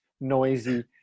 noisy